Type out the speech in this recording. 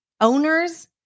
owners